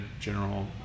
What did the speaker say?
general